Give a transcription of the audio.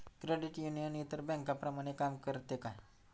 Credit union इतर बँकांप्रमाणे काम करते का?